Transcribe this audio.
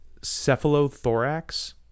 cephalothorax